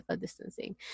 distancing